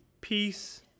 peace